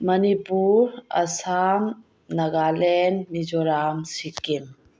Manipur Assam Nagaland Mizoram Sikkim